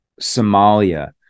Somalia